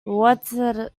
water